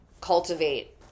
cultivate